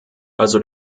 also